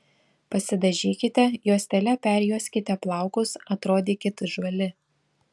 pasidažykite juostele perjuoskite plaukus atrodykit žvali